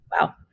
Wow